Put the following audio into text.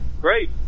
Great